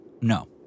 No